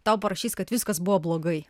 tau parašys kad viskas buvo blogai